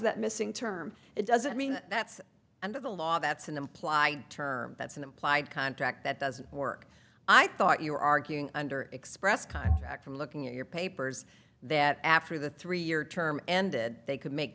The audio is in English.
that missing term it doesn't mean that's under the law that's an implied term that's an implied contract that doesn't work i thought you were arguing under express contract from looking at your papers that after the three year term ended they could make